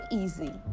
easy